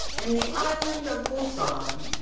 in the island of busan,